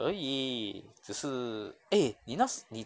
可以只是 eh 你那 s~ 你